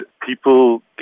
people